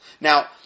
Now